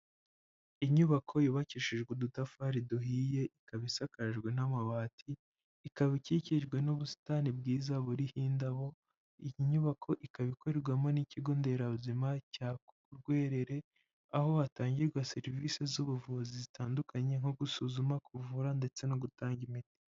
Inyubako yubakishijwe udutafari duhiye, ikaba isakajwe n'amabati, ikaba ikikijwe n'ubusitani bwiza buriho indabo, iyi nyubako ikaba ikorerwamo n'Ikigo nderabuzima cya Rwerere, aho hatangirwa serivisi z'ubuvuzi zitandukanye, nko gusuzuma, kuvura ndetse no gutanga imiti.